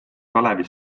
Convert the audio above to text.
kalevi